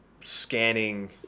scanning